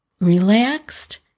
relaxed